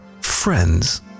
friends